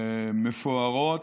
מפוארות,